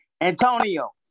Antonio